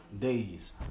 days